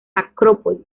acrópolis